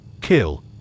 Kill